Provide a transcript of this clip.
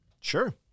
Sure